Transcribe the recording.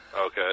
Okay